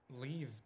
leave